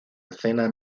escena